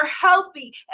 healthy